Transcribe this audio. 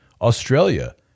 Australia